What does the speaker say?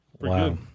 Wow